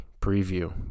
preview